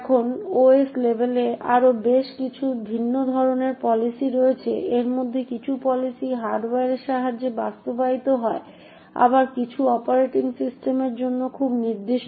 এখন ওএস লেভেলে আরও বেশ কিছু ভিন্ন ধরনের পলিসি রয়েছে এর মধ্যে কিছু পলিসি হার্ডওয়্যারের সাহায্যে বাস্তবায়িত হয় আবার কিছু অপারেটিং সিস্টেমের জন্য খুব নির্দিষ্ট